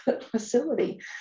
facility